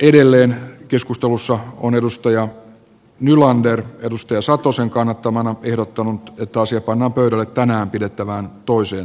edelleen on mikaela nylander arto satosen kannattamana ehdottanut että asia pannaan pöydälle tänään pidettävään toiseen